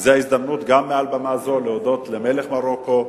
וזאת ההזדמנות, גם מעל במה זו, להודות למלך מרוקו,